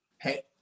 Hey